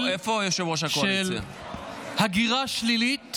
של הגירה שלילית